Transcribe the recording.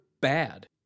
bad